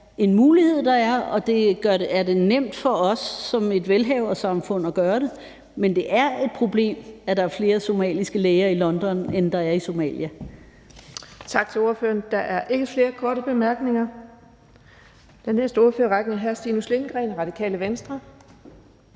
en mulighed der er, og det er nemt for os som et velhaversamfund at gøre det. Men det er et problem, at der er flere somaliske læger i London, end der er i Somalia. Kl. 13:38 Den fg. formand (Birgitte Vind): Tak til ordføreren. Der er ikke flere korte bemærkninger. Den næste ordfører i rækken er hr. Stinus Lindgreen, Radikale Venstre.